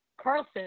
Carlson